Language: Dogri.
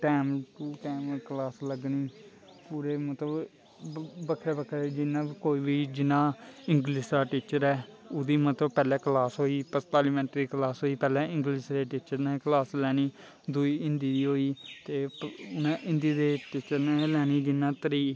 टैम टू टैम क्लास लग्गनी पूरे मतलब बक्खरे बक्खरे जिन्ना कोई बी जिन्ना इंग्लिश दा टीचर ऐ ओह्दी मतलब पैह्लें क्लास होई गेई पंजताली मिन्ट दी क्लास होई गेई पैह्लें इंग्लिश दे टीचर ने क्लास लैनी दूई हिन्दी दी होई गेई ते उ'न्नै हिन्दी दे टीचर ने गै लैनी जिन्ने त्री